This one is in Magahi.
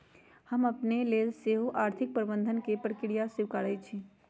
हम अपने लेल सेहो आर्थिक प्रबंधन के प्रक्रिया स्वीकारइ छी